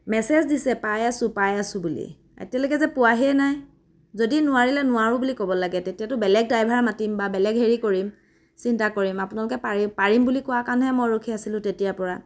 message দিছে পাই আছো পাই আছো বুলি এতিয়ালৈকে যে পোৱাহিয়ে নাই যদি নোৱাৰিলে নোৱাৰো বুলি ক'ব লাগে তেতিয়াটো বেলেগ ড্ৰাইভাৰ মাতিম বা বেলেগ হেৰি কৰিম চিন্তা কৰিম আপোনালোকে পাৰি পাৰিম বুলি কোৱা কাৰণেহে মই ৰখি আছিলো তেতিয়াৰ পৰা